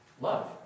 love